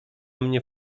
mnie